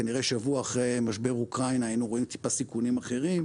כנראה שבוע אחרי משבר אוקראינה היינו רואים טיפה סיכונים אחרים,